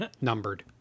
numbered